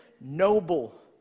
noble